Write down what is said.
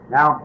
Now